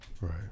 Right